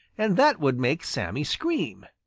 and that would make sammy scream.